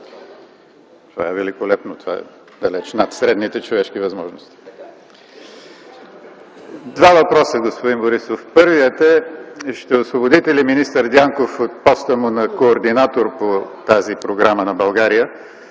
Това е великолепно. Това е далеч над средните човешки възможности. Два въпроса, господин Борисов. Първият е: ще освободите ли министър Дянков от поста му на координатор по тази програма на България,